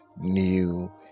new